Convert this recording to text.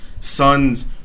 sons